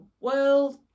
world